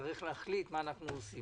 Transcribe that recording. נחליט מה אנו עושים.